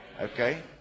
Okay